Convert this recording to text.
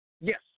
Yes